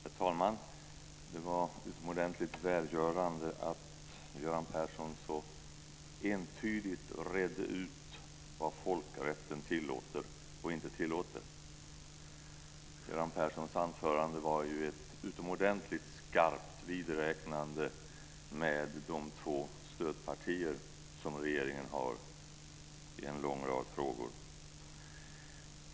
Herr talman! Det var utomordentligt välgörande att Göran Persson så entydigt redde ut vad folkrätten tillåter och inte tillåter. Göran Perssons anförande var ju ett utomordentligt skarpt vidräknande med de två stödpartier som regeringen har i en lång rad frågor.